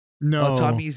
No